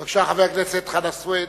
בבקשה, חבר הכנסת חנא סוייד.